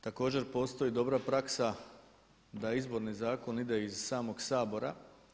Također postoji dobra praksa da Izborni zakon ide iz samog Sabora.